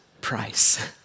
price